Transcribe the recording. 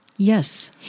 Yes